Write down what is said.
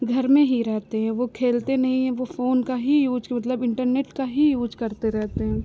घर में ही रहते हैं वह खेलते नहीं हैं वह फ़ोन का ही यूज़ कि मतलब इन्टरनेट का ही यूज़ करते रहते हैं